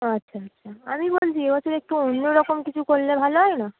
আচ্ছা আচ্ছা আমি বলছি এ বছর একটু অন্য রকম কিছু করলে ভালো হয় না